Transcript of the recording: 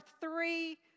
three